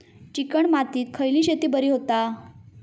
Chicken मातीत खयली शेती बरी होता?